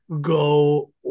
go